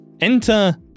Enter